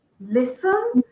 listen